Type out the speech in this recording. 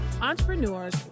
entrepreneurs